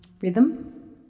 rhythm